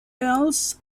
earls